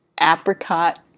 apricot